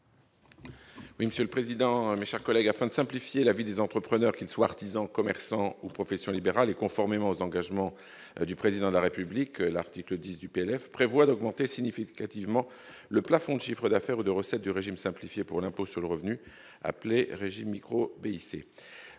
Oui, monsieur le président, mes chers collègues, afin de simplifier la vie des entrepreneurs qu'ils soient artisans, commerçants ou professions libérales et conformément aux engagements du président de la République, l'article 10 du PLF prévoit d'augmenter significativement le plafond de chiffre d'affaires de recettes du régime simplifié pour l'impôt sur le revenu, appelé régime micro-BIC